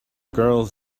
girls